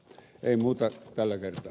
ei muuta tällä kertaa